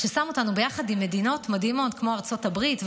ששם אותנו ביחד עם מדינות מדהימות כמו ארצות הברית,